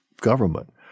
government